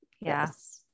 Yes